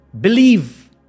believe